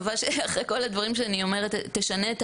מקובל לחלוטין שהארכיון קובע תקופה של הגבלת גישה לחומר שמצוי בו,